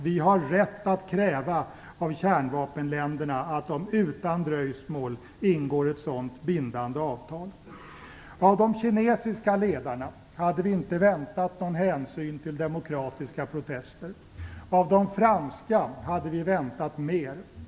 Vi har rätt att kräva av kärnvapenländerna att de utan dröjsmål ingår ett sådant bindande avtal. Av de kinesiska ledarna hade vi inte väntat någon hänsyn till demokratiska protester, men av de franska hade vi väntat mer.